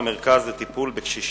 נטושים,